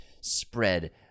spread